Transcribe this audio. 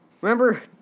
Remember